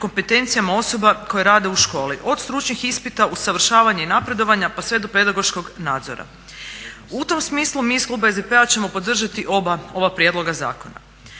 kompetencijama osoba koje rade u školi, od stručnih ispita, usavršavanja i napredovanja pa sve do pedagoškog nadzora. U tom smislu mi iz kluba SDP-a ćemo podržati oba ova prijedloga zakona.